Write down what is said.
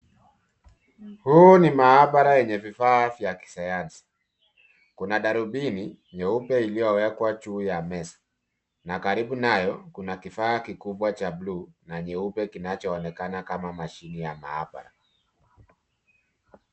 Huu ni maabara yenye vifaa vya kisayansi. Kuna darubini nyeupe iliyo wekwa juu ya meza na karibu nayo kuna kifaa kikubwa cha bluu na nyeupe kinachoonekana kama mashine ya maabara.